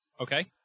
Okay